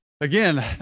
again